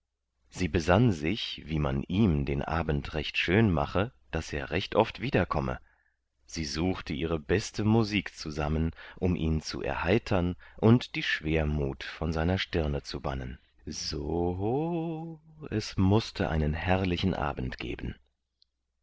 sie besann sich wie man ihm den abend recht schön mache daß er recht oft wiederkomme sie suchte ihre beste musik zusammen um ihn zu erheitern und die schwermut von seiner stirne zu bannen so o es mußte einen herrlichen abend geben